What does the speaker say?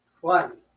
one